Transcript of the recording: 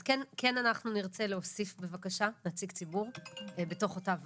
אז כן אנחנו נרצה להוסיף בבקשה נציג ציבור בתוך אותה ועדה.